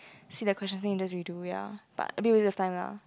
see the questions then you just redo ya but a bit waste of time lah